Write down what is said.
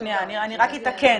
אני רק אתקן.